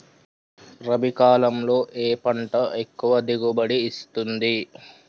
రబీ కాలంలో ఏ పంట ఎక్కువ దిగుబడి ఇస్తుంది?